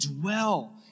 dwell